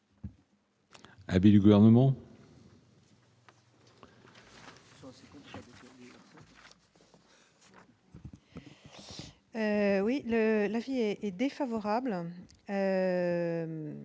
Abbé du gouvernement. Oui le la vie est est défavorable.